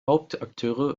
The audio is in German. hauptakteure